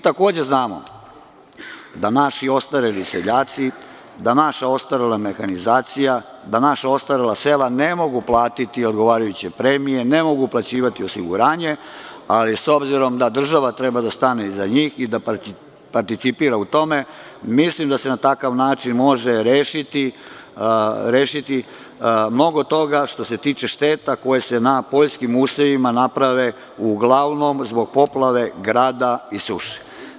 Takođe znamo da naši ostareli seljaci, da naša ostarela mehanizacija, da naša ostarela sela ne mogu platiti odgovarajuće premije, ne mogu uplaćivati osiguranje, ali s obzirom da država treba da stane iza njih i da participira u tome, mislim da se na takav način može rešiti mnogo toga, što se tiče šteta koje se na poljskim uslovima naprave uglavnom zbog poplave, grada i suše.